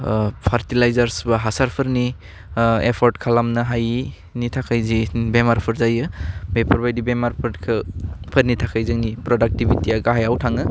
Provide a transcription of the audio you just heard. ओह फारटिलाइजार्स बा हासारफोरनि एपर्थ खालामनो हायैनि थाखाय जि बेमारफोर जायो बेफोरबायदि बेमारफोरखौ फोरनि थाखाय जोंनि प्रडाकटिबिटिया गाहायाव थाङो